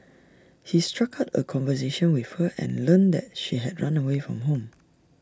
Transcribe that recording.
he struck up A conversation with her and learned that she had run away from home